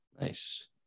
Nice